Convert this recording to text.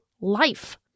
life